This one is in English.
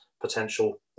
potential